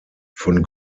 von